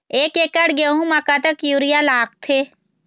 एक एकड़ गेहूं म कतक यूरिया लागथे?